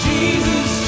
Jesus